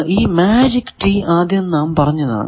ഈ magic tee നാം ആദ്യം പറഞ്ഞതാണു